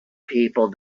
people